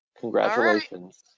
congratulations